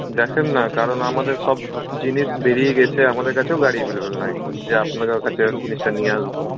দেখেন না কারণ আমাদের সব জিনিস বেরিয়ে গিয়েছে আমাদের কাছেও গাড়ি অ্যাভেলেবল নেই যে আপনাদের কাছে জিনিসটা নিয়ে আসব